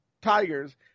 Tigers